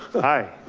hi,